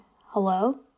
Hello